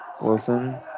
Wilson